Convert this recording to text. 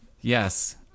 Yes